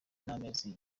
n’amezi